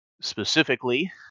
Specifically